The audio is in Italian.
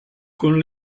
con